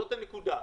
זאת הנקודה.